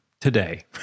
today